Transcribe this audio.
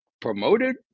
promoted